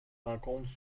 rencontre